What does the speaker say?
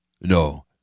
No